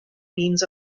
means